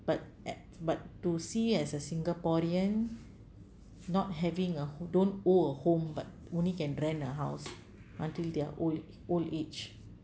but a~ but to see as a singaporean not having a h~ don't own home but only can rent a house until their old old age